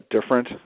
different